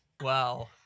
Wow